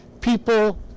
people